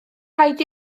rhaid